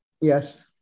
Yes